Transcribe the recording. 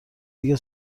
دیگه